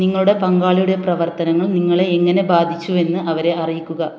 നിങ്ങളുടെ പങ്കാളിയുടെ പ്രവർത്തനങ്ങൾ നിങ്ങളെ എങ്ങനെ ബാധിച്ചുവെന്ന് അവരെ അറിയിക്കുക